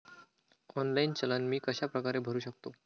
Online चलन मी कशाप्रकारे भरु शकतो?